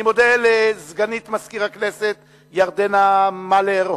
אני מודה לסגנית מזכיר הכנסת ירדנה מלר-הורוביץ,